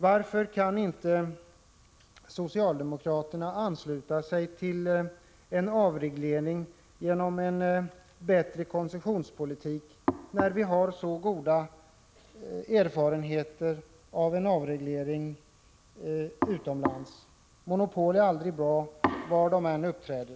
Varför kan inte socialdemokraterna ansluta sig till en avreglering genom en generösare koncessionspolitik, när vi har så goda erfarenheter av en avreglering utomlands? Monopol är aldrig bra var de än uppträder.